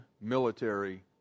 military